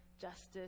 justice